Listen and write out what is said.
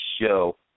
show